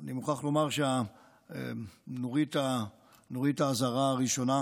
אני מוכרח לומר שנורית האזהרה הראשונה